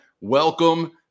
Welcome